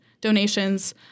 donations